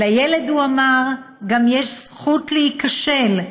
לילד הוא אמר, גם יש זכות להיכשל.